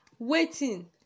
waiting